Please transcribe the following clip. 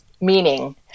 meaning